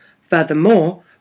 Furthermore